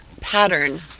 pattern